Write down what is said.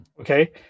okay